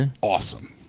awesome